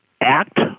act